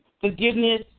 forgiveness